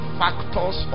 factors